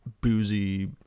boozy